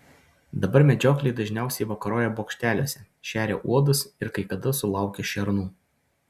dabar medžiokliai dažniausiai vakaroja bokšteliuose šeria uodus ir kai kada sulaukia šernų